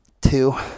two